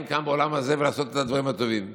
כאן בעולם הזה ולעשות את הדברים הטובים.